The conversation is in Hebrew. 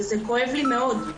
וזה כואב לי מאוד.